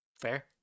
Fair